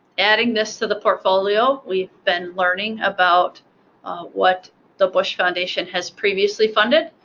adding this to the portfolio, we've been learning about what the bush foundation has previously funded,